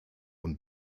und